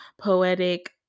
poetic